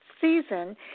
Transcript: season